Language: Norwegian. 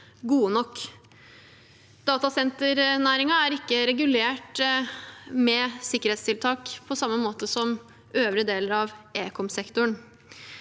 kontroll. Datasenternæringen er ikke regulert med sikkerhetstiltak på samme måte som øvrige deler av ekomsektoren.